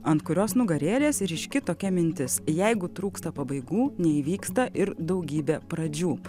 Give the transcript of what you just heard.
ant kurios nugarėlės ryški tokia mintis jeigu trūksta pabaigų neįvyksta ir daugybė pradžių